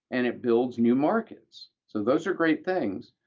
and it builds new markets, so those are great things,